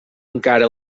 encara